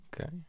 Okay